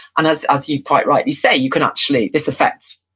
and as as you quite rightly say, you can actually, this affects